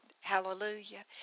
Hallelujah